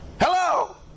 Hello